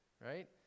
right